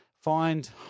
find